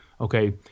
Okay